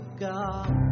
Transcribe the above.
God